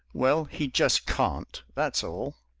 well, he just can't that's all!